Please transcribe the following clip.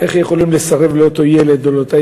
איך יכולים לסרב לאותו ילד או לאותה